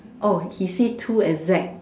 oh he see two as Z